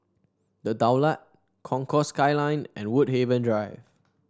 The Daulat Concourse Skyline and Woodhaven Drive